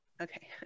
Okay